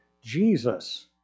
Jesus